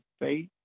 faith